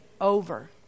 over